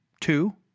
Two